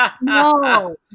No